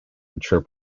mature